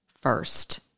first